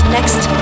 Next